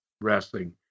wrestling